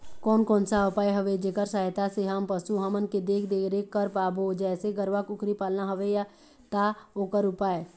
कोन कौन सा उपाय हवे जेकर सहायता से हम पशु हमन के देख देख रेख कर पाबो जैसे गरवा कुकरी पालना हवे ता ओकर उपाय?